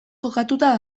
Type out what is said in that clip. kokatuta